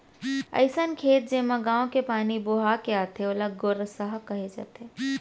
अइसन खेत जेमा गॉंव के पानी बोहा के आथे ओला गोरसहा कहे जाथे